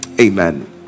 amen